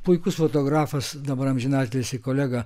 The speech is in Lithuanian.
puikus fotografas dabar amžinatilsį kolega